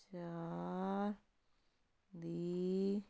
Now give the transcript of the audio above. ਚਾਰ ਦੀ